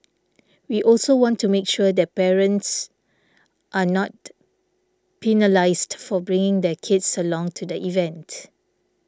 we also want to make sure that parents are not penalised for bringing their kids along to the event